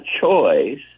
choice